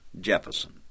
Jefferson